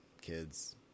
kids